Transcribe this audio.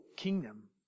kingdom